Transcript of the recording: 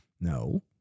No